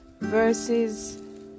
verses